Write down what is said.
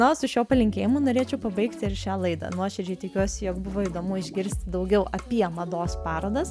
na o su šiuo palinkėjimu norėčiau pabaigti ir šią laidą nuoširdžiai tikiuosi jog buvo įdomu išgirsti daugiau apie mados parodas